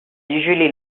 usually